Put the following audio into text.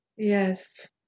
Yes